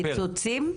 קיצוצים?